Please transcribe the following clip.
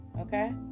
okay